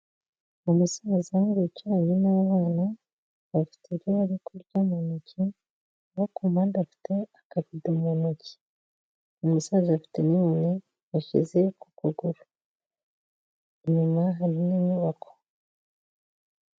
Umusaza wicaranye n'abana, bafite ibyo bari kurya mu ntoki; no kupande afite akavido mu ntoki. Umusaza afite n'inkoni yashyize ku kuguru; inyuma hari n'inyubako.